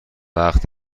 وقت